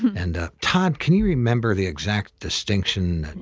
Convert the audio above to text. and, todd, can you remember the exact distinction?